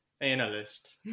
analyst